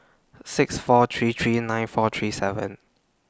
six four three three nine four three seven